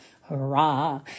hurrah